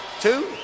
Two